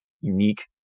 unique